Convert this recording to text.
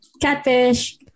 Catfish